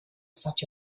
such